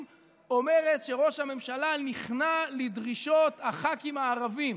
אומרת שראש הממשלה נכנע לדרישות הח"כים הערבים".